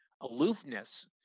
aloofness